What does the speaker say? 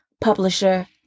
publisher